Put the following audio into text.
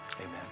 Amen